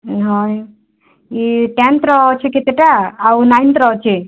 ନାଇଁ ଇ ଟେନ୍ଥର ଅଛି କେତେଟା ଆଉ ନାଇଁନ୍ଥର ଅଛି